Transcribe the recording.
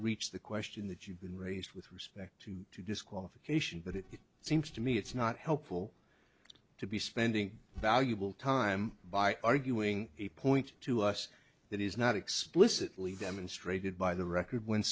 reached the question that you've been raised with respect to disqualification but it seems to me it's not helpful to be spending valuable time by arguing a point to us that is not explicitly demonstrated by the record when